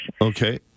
Okay